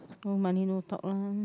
no money no talk lah